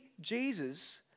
Jesus